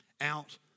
Out